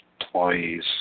employee's